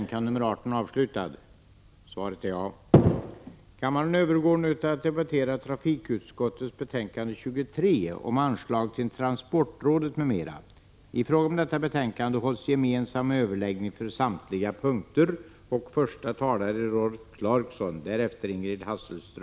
Kammaren övergår nu till att debattera trafikutskottets betänkande 23 om anslag till Transportrådet, m.m. I fråga om detta betänkande hålls gemensam överläggning för samtliga punkter.